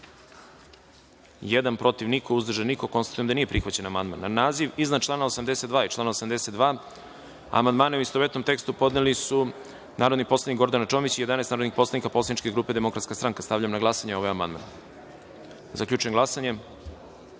jedan, protiv – niko, uzdržanih – nema. Konstatujem da nije prihvaćen amandman. Na odeljak 2, naziv iznad člana 78. i član 78. amandmane u istovetnom tekstu podneli su narodna poslanica Gordana Čomić i 11 narodnih poslanika poslaničke grupe Demokratska stranka. Stavljam na glasanje ovaj amandman. Zaključujem glasanje